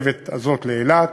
הרכבת הזאת לאילת,